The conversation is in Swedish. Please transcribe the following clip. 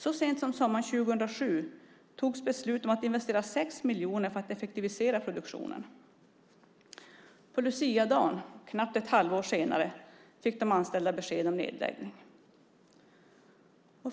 Så sent som sommaren 2007 togs ett beslut om att investera 6 miljoner för att effektivisera produktionen. På luciadagen, knappt ett halvår senare, fick de anställda besked om nedläggning.